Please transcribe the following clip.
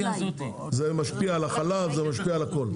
זה משפיע על החלב, זה משפיע על הכול.